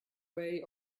way